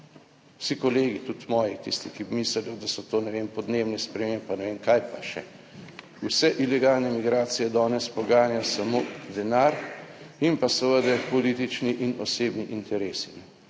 vsi kolegi, tudi moji, tisti, ki mislijo, da so to, ne vem, podnebne spremembe pa ne vem kaj pa še. Vse ilegalne migracije danes poganjajo samo denar in pa seveda politični in osebni interesi.